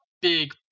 big